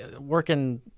working